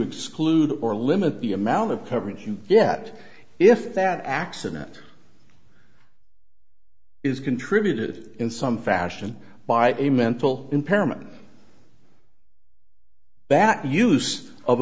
exclude or limit the amount of coverage you yet if that accident is contributed in some fashion by a mental impairment bat use of